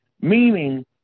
meaning